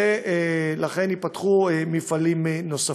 ולכן ייפתחו מפעלים נוספים.